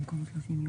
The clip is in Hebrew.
במקום 30 יום